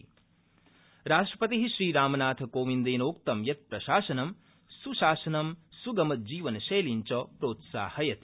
राष्ट्रपति राष्ट्रपति श्रीरामनाथकोविन्दर्यिक्रितं यत् प्रशासनं सुशासनं सुगमजीवनशैलीं च प्रोत्साहयति